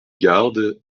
gardes